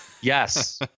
Yes